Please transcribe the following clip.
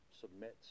submits